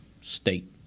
State